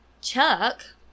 Chuck